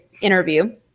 interview